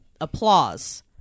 applause